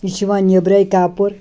یہِ چھُ یِوان نیٚبرَے کپُر